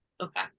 Okay